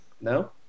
no